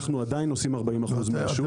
אנחנו עדיין עושים 40% מהשוק.